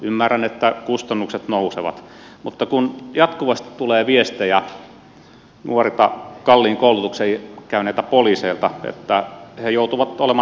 ymmärrän että kustannukset nousevat mutta kun jatkuvasti tulee viestejä nuorilta kalliin koulutuksen käyneiltä poliiseilta että he joutuvat olemaan työttömiä